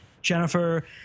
Jennifer